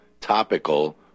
topical